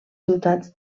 ciutats